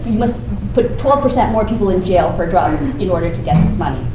must put twelve percent more people in jail for drugs and in order to get this money.